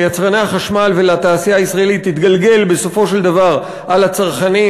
ליצרני החשמל ולתעשייה הישראלית תתגלגל בסופו של דבר על הצרכנים,